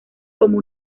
como